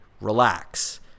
relax